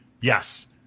Yes